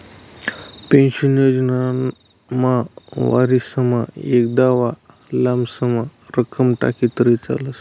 pension योजनामा वरीसमा एकदाव लमसम रक्कम टाकी तरी चालस